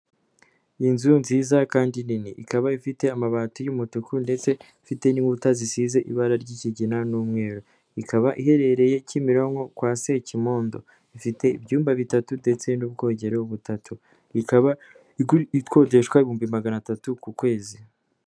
Inzu nziza kandi nini ikaba ifite amabati y'umutuku ndetse ifite n'ikuta zisize ibara ry'ikigina n'umweru, ikaba iherereye Kimironko kwa Sekimodo ifite ibyumba bitatu ndetse n'ubwogero butatu ikaba ikodeshwa ibihumbi magana atatu ku kwezi.